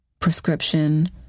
Prescription